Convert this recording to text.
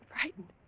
frightened